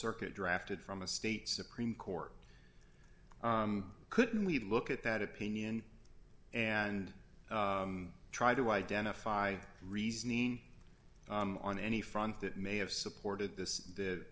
circuit drafted from a state supreme court couldn't we look at that opinion and try to identify reasoning on any front that may have supported th